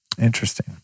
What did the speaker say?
Interesting